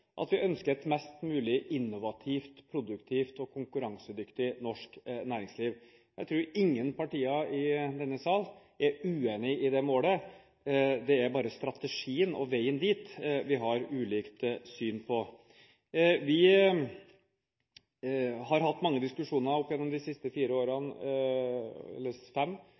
at vi ønsker et mest mulig innovativt, produktivt og konkurransedyktig norsk næringsliv. Jeg tror ingen partier i denne sal er uenig i det målet. Det er bare strategien og veien dit vi har ulikt syn på. Vi har hatt mange diskusjoner opp gjennom de siste fem årene